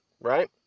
right